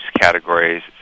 categories